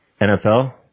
NFL